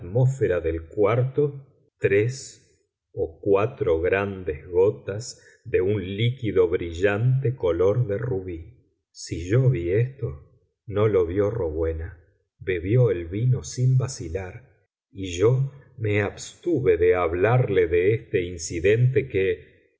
atmósfera del cuarto tres o cuatro grandes gotas de un líquido brillante color de rubí si yo vi esto no lo vió rowena bebió el vino sin vacilar y yo me abstuve de hablarle de este incidente que